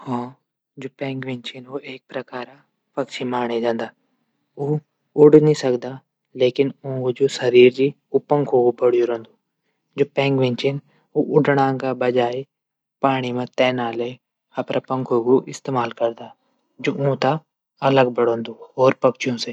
जू पैंगुइन छन एक प्रकारा पक्षी माने जंदा ऊ उडी नी सकदा लेकिन ऊंक जू शरीर च ऊ बडू रैंदू जू पैंगुइन छन पाणी मा उडना बजाय पाणी मा तैरना रैंदा। पंखो कू इस्तेमाल करदा जूं ऊंथै अलग बणादू